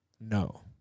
No